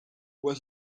when